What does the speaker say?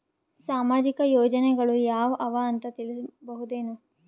ಸಾಮಾಜಿಕ ಯೋಜನೆಗಳು ಯಾವ ಅವ ಅಂತ ತಿಳಸಬಹುದೇನು?